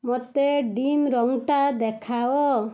ମୋତେ ଡିମ୍ ରଙ୍ଗଟା ଦେଖାଅ